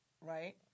Right